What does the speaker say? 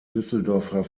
düsseldorfer